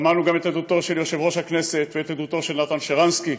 שמענו גם את עדותו של יושב-ראש הכנסת ואת עדותו של נתן שרנסקי,